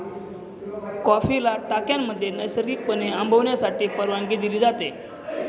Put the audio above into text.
कॉफीला टाक्यांमध्ये नैसर्गिकपणे आंबवण्यासाठी परवानगी दिली जाते